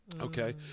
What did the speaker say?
Okay